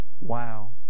Wow